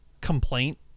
complaint